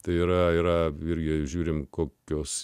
tai yra yra ir jei žiūrime kokios